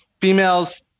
females